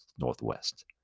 Northwest